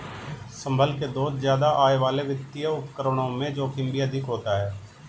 संभल के दोस्त ज्यादा आय वाले वित्तीय उपकरणों में जोखिम भी अधिक होता है